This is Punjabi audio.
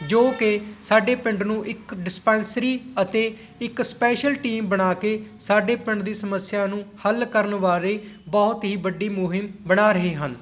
ਜੋ ਕਿ ਸਾਡੇ ਪਿੰਡ ਨੂੰ ਇੱਕ ਡਿਸਪੈਂਸਰੀ ਅਤੇ ਇੱਕ ਸਪੈਸ਼ਲ ਟੀਮ ਬਣਾ ਕੇ ਸਾਡੇ ਪਿੰਡ ਦੀ ਸਮੱਸਿਆ ਨੂੰ ਹੱਲ ਕਰਨ ਬਾਰੇ ਬਹੁਤ ਹੀ ਵੱਡੀ ਮੁਹਿੰਮ ਬਣਾ ਰਹੇ ਹਨ